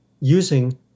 using